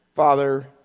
Father